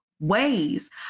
ways